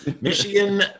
Michigan